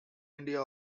india